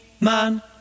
man